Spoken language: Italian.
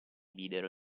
videro